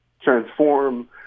transform